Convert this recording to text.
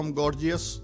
gorgeous